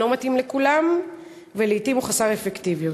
מתאים לכולם ולעתים הוא חסר אפקטיביות.